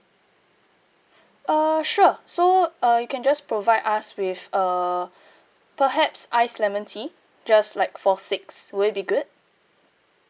err sure so uh you can just provide us with uh perhaps ice lemon tea just like for six will it be good